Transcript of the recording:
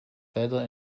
wetter